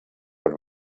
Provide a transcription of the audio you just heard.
per